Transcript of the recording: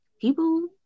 people